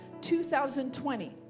2020